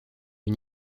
une